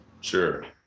Sure